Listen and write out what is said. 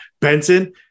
Benson